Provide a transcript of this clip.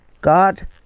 God